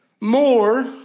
more